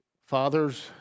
fathers